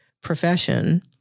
profession